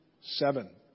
Seven